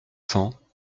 cents